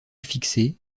fixé